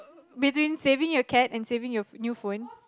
between saving your cat and saving your new phone